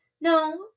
no